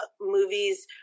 movies